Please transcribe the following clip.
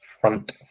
front